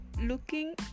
looking